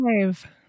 Five